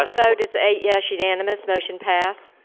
ah so vote is eight yes, unanimous, motion passed.